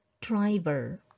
driver